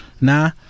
Nah